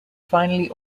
finally